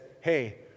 hey